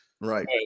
right